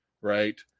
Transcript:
Right